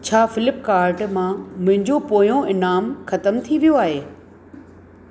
छा फ़्लिपकार्ट मां मुंहिंजो पोयों इनाम ख़तमु थी वियो आहे